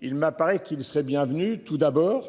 Il m'apparaît qu'il serait bien venu tout d'abord.